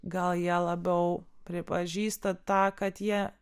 gal jie labiau pripažįsta tą kad jie